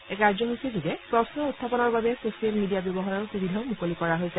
এই কাৰ্যসূচীযোগে প্ৰশ্ন উত্থাপনৰ বাবে ছছিয়েল মিডিয়া ব্যৱহাৰৰ সুবিধাও মুকলি ৰখা হৈছে